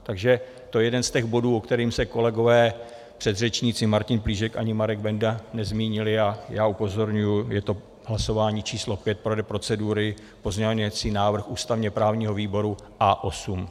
Takže to je jeden z těch bodů, o kterém se kolegové předřečníci Martin Plíšek ani Marek Benda nezmínili a já upozorňuji, je to hlasování číslo pět podle procedury, pozměňovací návrh ústavněprávního výboru A8.